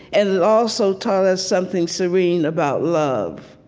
and it also taught us something serene about love.